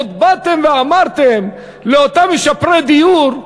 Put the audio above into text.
עוד באתם ואמרתם לאותם משפרי דיור: